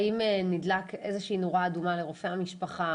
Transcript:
האם נדלקת איזושהי נורה אדומה לרופא המשפחה,